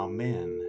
Amen